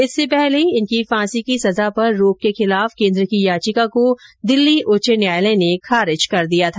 इससे पहले इनकी फांसी की सजा पर रोक के खिलाफ केन्द्र की याचिका को दिल्ली उच्च न्यायालय ने खारिज कर दिया था